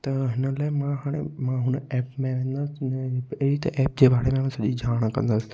त हिन लाइ मां हाणे मां हुन एप में वेंदुसि पहिरीं त एप जे बारे में सॼी ॼाण कंदुसि